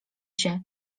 się